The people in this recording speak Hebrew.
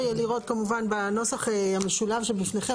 יהיה לראות כמובן בנוסח המשולב שבפניכם,